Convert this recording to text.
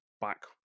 back